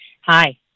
Hi